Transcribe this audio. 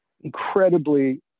incredibly